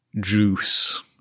juice